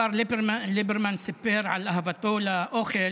השר ליברמן סיפר על אהבתו לאוכל,